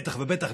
בטח ובטח,